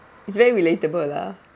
it's very relatable lah